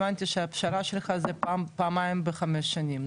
הבנתי שהפשרה שלך זה פעם-פעמיים בחמש שנים.